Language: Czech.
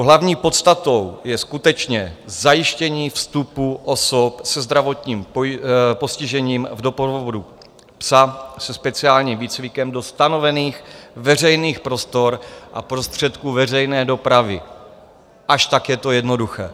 Hlavní podstatou je skutečně zajištění vstupu osob se zdravotním postižením v doprovodu psa se speciálním výcvikem do stanovených veřejných prostor a prostředků veřejné dopravy, až tak je to jednoduché.